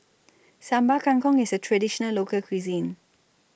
Sambal Kangkong IS A Traditional Local Cuisine